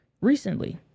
recently